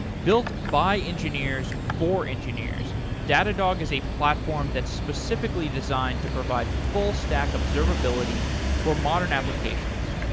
built by engineers for engineers, datadog is a platform that's specifically design to provide full stack observability for modern applications.